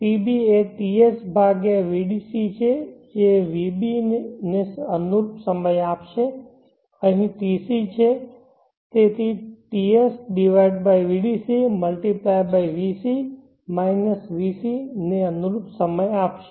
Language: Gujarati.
tb એ TS ભાગ્યા vdc છે જે vb ને અનુરૂપ સમય આપશે પછી tc છે TSvdc×vc vc ને અનુરૂપ સમય આપશે